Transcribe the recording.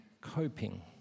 coping